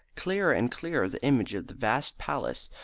clearer and clearer the image of the vast palace,